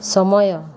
ସମୟ